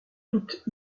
toutes